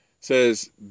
says